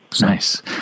Nice